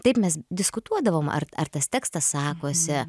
taip mes diskutuodavom ar ar tas tekstas sakosi